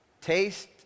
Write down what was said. taste